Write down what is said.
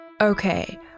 Okay